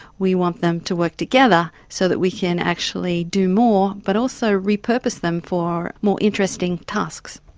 we want them to work together so that we can actually do more, but also re-purpose them for more interesting tasks.